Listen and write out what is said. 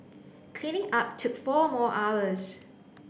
cleaning up took four more hours